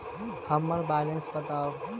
हम्मर बैलेंस बताऊ